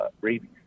rabies